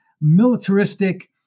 militaristic